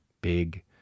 big